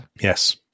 Yes